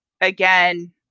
again